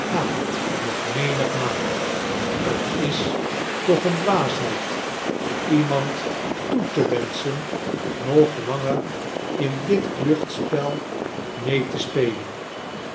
nog menigmaal t is toch een dwaasheid iemand toe te wenschen nog longer in dit kluchtspel mee te spelen